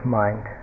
mind